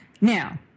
Now